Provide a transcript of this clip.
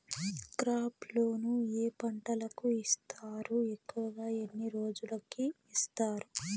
crop loan ఏ పంటలకు ఇస్తారు ఎక్కువగా ఎన్ని రోజులకి ఇస్తారు